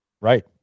Right